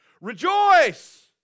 Rejoice